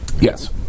Yes